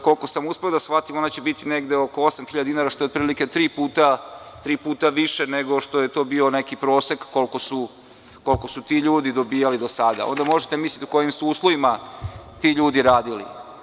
Koliko sam uspeo da shvatim, ona će biti oko osam hiljada dinara, što je otprilike tri puta više nego što je to bio neki prosek koliko su ti ljudi dobijali do sada, onda možete misliti u kojim su uslovima ti ljudi radili.